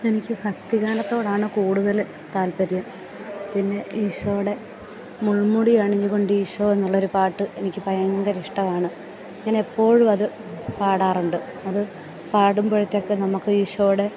എനിക്ക് ഭക്തിഗാനത്തോടാണ് കൂടുതൽ താല്പര്യം പിന്നെ ഈശോടെ മുൾമുടി അണിഞ്ഞു കൊണ്ടീശോന്നുള്ളൊരു പാട്ട് എനിക്ക് ഭയങ്കര ഇഷ്ടമാണ് ഞാനേപ്പോഴുമത് പാടാറുണ്ട് അത് പാടുമ്പോഴത്തേക്ക് നമുക്ക് ഈശോടെ